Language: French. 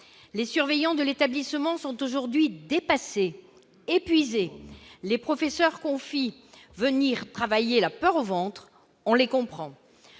Les surveillants de l'établissement sont aujourd'hui dépassés, épuisés. Les professeurs confient venir travailler la peur au ventre- on les comprend